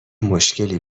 مشکلی